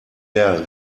der